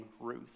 ruth